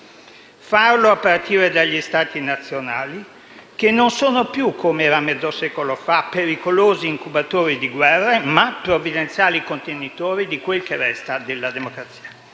Farlo a partire dagli Stati nazionali, che non sono più, come mezzo secolo fa, pericolosi incubatori di guerre, ma provvidenziali contenitori di quel che resta della democrazia.